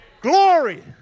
Glory